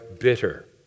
bitter